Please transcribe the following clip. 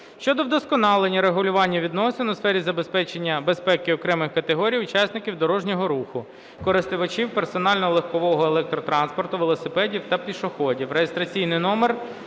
щодо вдосконалення регулювання відносин у сфері забезпечення безпеки окремих категорій учасників дорожнього руху (користувачів персонального легкого електротранспорту, велосипедистів та пішоходів)